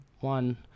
one